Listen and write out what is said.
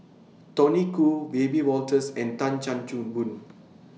Tony Khoo Wiebe Wolters and Tan Chan Boon